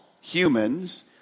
humans